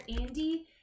Andy